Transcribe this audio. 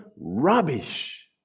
rubbish